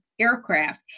aircraft